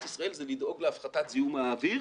ישראל היא לדאוג להפחתת זיהום האוויר